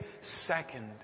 second